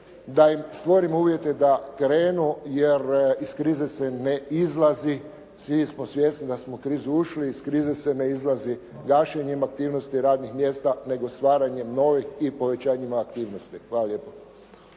da im stvorimo uvjete da krenu jer iz krize se ne izlazi. Svi smo svjesni da smo u krizu ušli, iz krize se ne izlazi gašenjem aktivnosti radnih mjesta, nego stvaranjem novih i povećanjima aktivnosti. Hvala lijepo.